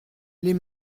les